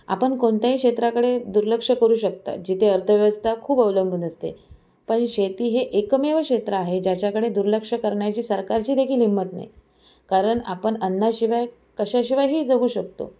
आपण कोणत्याही क्षेत्राकडे दुर्लक्ष करू शकता जिथे अर्थव्यवस्था खूप अवलंबून असते पण शेती हे एकमेव क्षेत्र आहे ज्याच्याकडे दुर्लक्ष करण्याची सरकारचीदेखील हिंमत नाही कारण आपण अन्नाशिवाय कशाशिवायही जगू शकतो